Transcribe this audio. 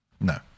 No